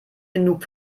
genug